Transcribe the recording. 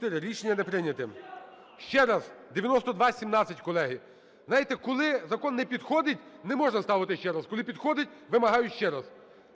Рішення не прийнято. Ще раз 9217, колеги. Знаєте, коли закон не підходить, Не можна ставити ще раз, коли підходить, вимагаю ще раз.